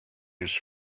his